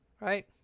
right